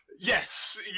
yes